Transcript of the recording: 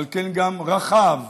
על כן גם רחב,